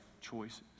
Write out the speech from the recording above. choices